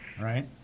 Right